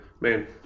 man